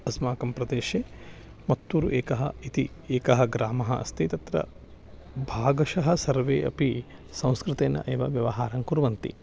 अस्माकं प्रदेशे मत्तुरु एकः इति एकः ग्रामः अस्ति तत्र भागशः सर्वे अपि संस्कृतेन एव व्यवहारं कुर्वन्ति